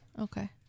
Okay